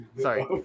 Sorry